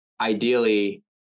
ideally